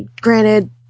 granted